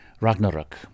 Ragnarok